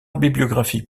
bibliographie